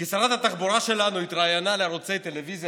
כי שרת התחבורה שלנו התראיינה לערוצי טלוויזיה